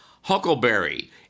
Huckleberry